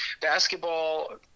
basketball